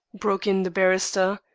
broke in the barrister.